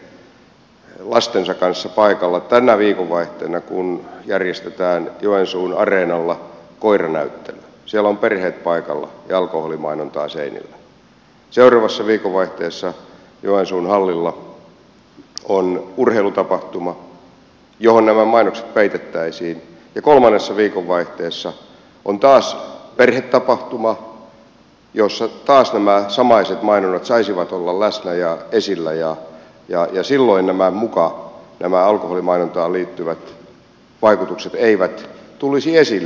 jos siellä on perhe lastensa kanssa paikalla tänä viikonvaihteena kun järjestetään joensuun areenalla koiranäyttely siellä on perheet paikalla ja alkoholimainontaa seinillä ja seuraavassa viikonvaihteessa joensuun hallilla on urheilutapahtuma johon nämä mainokset peitettäisiin ja kolmannessa viikonvaihteessa on taas perhetapahtuma jossa taas nämä samaiset mainonnat saisivat olla läsnä ja esillä ja silloin muka nämä alkoholimainontaan liittyvät vaikutukset eivät tulisi esille